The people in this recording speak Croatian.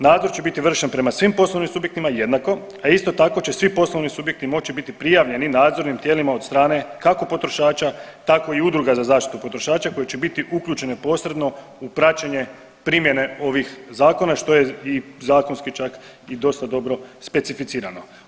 Nadzor će biti vršen prema svim poslovnim subjektima jednako, a isto tako će svi poslovni subjekti moći biti prijavljeni nadzornim tijelima od strane, kako potrošača, tako i udruga za zaštitu potrošača koje će biti uključeno posredno u praćenje primjene ovih zakona, što je i zakonski čak i dosta dobra specificirano.